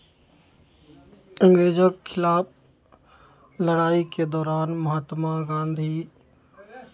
अंग्रेजोंके खिलाफ लड़ाइके दौरान महात्मा गाँधी